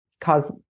cause